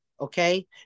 okay